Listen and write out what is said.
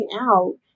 out